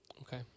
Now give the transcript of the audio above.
okay